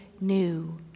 new